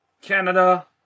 Canada